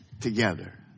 together